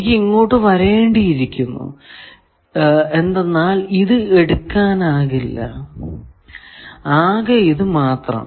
എനിക്ക് ഇങ്ങോട്ടു വരേണ്ടി ഇരിക്കുന്നു എന്തെന്നാൽ ഇത് എടുക്കാനാകില്ല ആകെ ഇത് മാത്രം